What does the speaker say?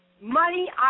Money